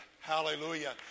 hallelujah